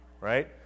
right